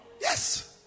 Yes